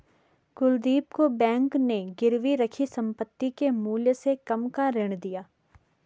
कुलदीप को बैंक ने गिरवी रखी संपत्ति के मूल्य से कम का ऋण दिया